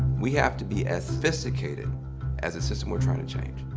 we have to be as sophisticated as the system we're trying to change.